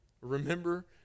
Remember